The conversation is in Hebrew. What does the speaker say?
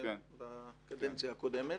בקדנציה הקודמת.